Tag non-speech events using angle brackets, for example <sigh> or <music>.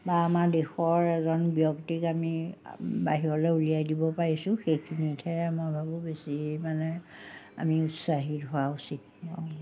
বা আমাৰ দেশৰ এজন ব্যক্তিক আমি <unintelligible> বাহিৰলৈ উলিয়াই দিব পাৰিছোঁ সেইখিনিহে মই ভাবোঁ বেছি মানে আমি উৎসাহিত হোৱা উচিত <unintelligible>